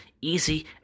easy